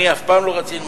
אף פעם לא רצינו.